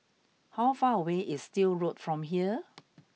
how far away is Still Road from here